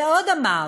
ועוד אמר: